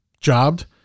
jobbed